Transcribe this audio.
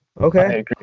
okay